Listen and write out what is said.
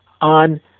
on